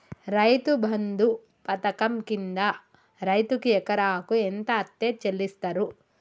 రైతు బంధు పథకం కింద రైతుకు ఎకరాకు ఎంత అత్తే చెల్లిస్తరు?